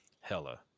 Hella